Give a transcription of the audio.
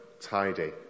tidy